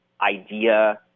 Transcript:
idea